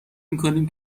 میکنیم